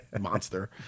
monster